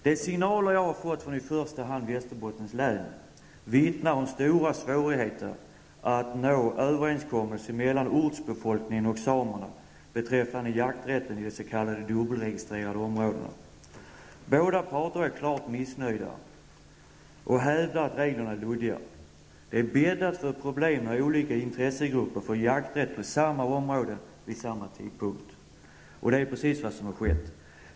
De signaler jag har fått från i första hand Västerbottens län vittnar om stora svårigheter att nå överenskommelse mellan ortsbefolkningen och samerna beträffande jakträtten i de s.k. dubbelregistrerade områdena. Båda parter är klart missnöjda och hävdar att reglerna är luddiga. Det är bäddat för problem, när olika intressegrupper får jakträtt på samma område vid samma tidpunkt, och det är precis vad som har skett.